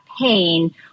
pain